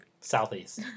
Southeast